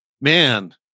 man